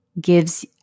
gives